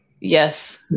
Yes